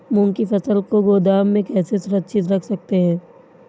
मूंग की फसल को गोदाम में कैसे सुरक्षित रख सकते हैं?